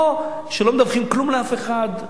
או שלא מדווחים כלום לאף אחד,